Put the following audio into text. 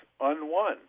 unwon